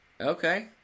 Okay